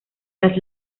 las